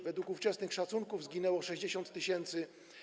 Według ówczesnych szacunków zginęło 60 tys.